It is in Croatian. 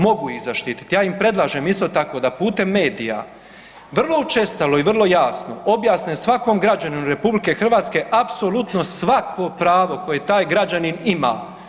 Mogu ih zaštiti, ja im predlažem isto tako da putem medija vrlo učestalo i vrlo jasno objasne svakom građaninu RH apsolutno svako pravo koji taj građanin ima.